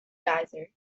geyser